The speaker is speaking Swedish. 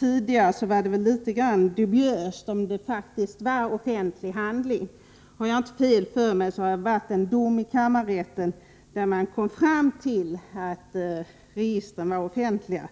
Tidigare var det litet ovisst huruvida det verkligen rörde sig om en offentlig handling. Om jag inte minns fel avkunnades av kammarrätten en dom som gick ut på att registren är offentliga.